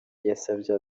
yasabye